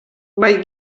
bai